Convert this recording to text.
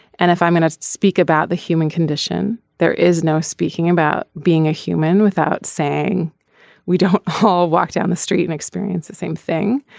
and if i may not speak about the human condition there is no speaking about being a human without saying we don't all walk down the street and experience the same thing.